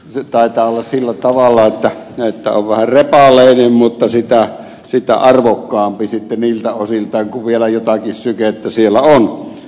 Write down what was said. se taitaa olla sillä tavalla että on vähän repaleinen mutta sitä arvokkaampi niiltä osiltaan kuin vielä jotakin sykettä siellä on